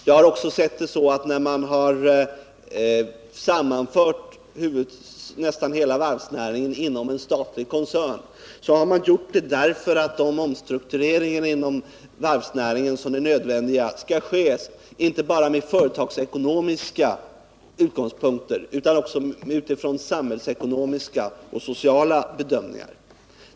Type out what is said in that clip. Jag har också sett saken så att sammanförandet av nästan hela varvsnäringen inom en statlig koncern för att genomföra nödvändiga omstruktureringar har skett inte bara med företagsekonomiska utgångspunkter utan också utifrån samhällsekonomiska och sociala bedömningar.